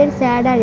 sad